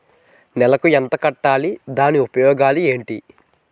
నెలకు ఎంత కట్టాలి? దాని ఉపయోగాలు ఏమిటి?